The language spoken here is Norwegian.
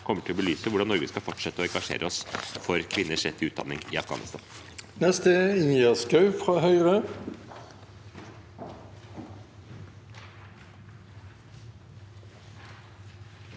kommer til å belyse hvordan Norge skal fortsette å engasjere seg for kvinners rett til utdanning i Afghanistan. Ingjerd Schou (H)